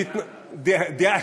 דיאלנה.